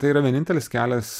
tai yra vienintelis kelias